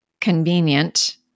convenient